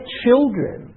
children